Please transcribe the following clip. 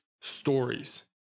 stories